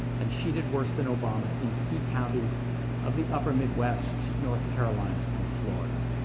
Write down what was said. and she did worse than obama in key counties of the upper midwest, north carolina, and florida.